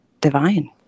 divine